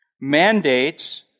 mandates